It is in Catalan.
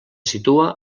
situa